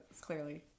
clearly